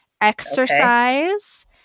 exercise –